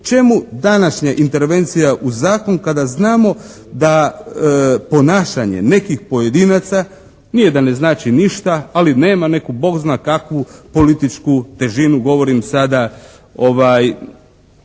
Čemu današnja intervencija u zakon kada znamo da ponašanje nekih pojedinaca nije da ne znači ništa ali nema neku «Bog zna kakvu» političku težinu. Govorim sada o